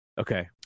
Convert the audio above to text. Okay